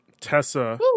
Tessa